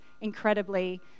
incredibly